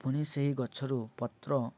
ପୁଣି ସେହି ଗଛରୁ ପତ୍ର